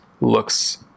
Looks